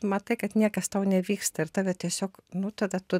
matai kad niekas tau nevyksta ir tave tiesiog nu tada tu